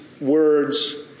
words